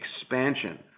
expansion